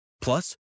Plus